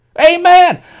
Amen